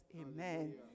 Amen